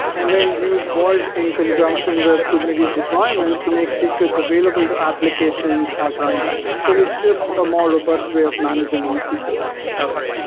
and then use vault in conjunction with kubernetes deployments to make secrets available to applications at runtime. so it's just a more robust way of managing these secrets okay.